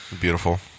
Beautiful